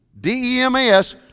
D-E-M-A-S